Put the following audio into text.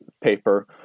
paper